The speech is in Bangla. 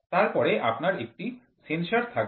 তারপরে আপনার একটি সেন্সর থাকবে